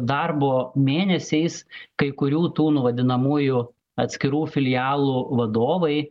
darbo mėnesiais kai kurių tų nu vadinamųjų atskirų filialų vadovai